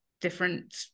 different